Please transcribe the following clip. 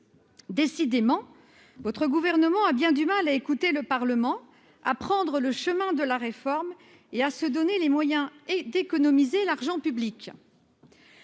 Décidément, votre gouvernement a bien du mal à écouter le Parlement à prendre le chemin de la réforme et à se donner les moyens et d'économiser l'argent public.